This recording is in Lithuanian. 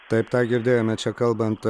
taip tą girdėjome čia kalbant